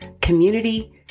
community